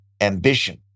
ambition